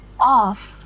off